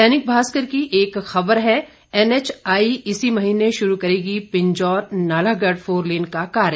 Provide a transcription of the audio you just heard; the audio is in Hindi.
दैनिक भास्कर की एक खबर है एनएचआई इसी महीने शुरू करेगी पिंजौर नालागढ़ फोरलेन का कार्य